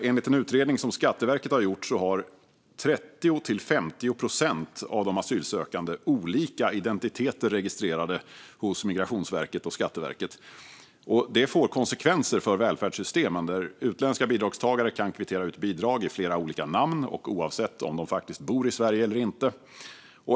Enligt en utredning som Skatteverket har gjort har 30-50 procent av de asylsökande olika identiteter registrerade hos Migrationsverket och Skatteverket. Detta får konsekvenser för välfärdssystemen. Utländska bidragstagare kan kvittera ut bidrag i flera olika namn och oavsett om de bor i Sverige eller inte.